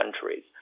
countries